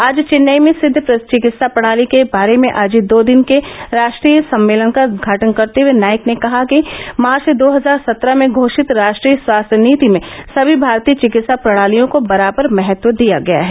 आज चेन्नई में सिद्ध चिकित्सा प्रणाली के बारे में आयोजित दो दिन के राष्ट्रीय सम्मेलन का उद्घाटन करते हुए नाइक ने कहा कि मार्च दो हजार सत्रह में घोषित राष्ट्रीय स्वास्थ्य नीति में सभी भारतीय चिकित्सा प्रणालियों को बराबर महत्व दिया गया है